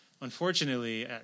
unfortunately